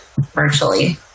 virtually